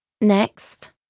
next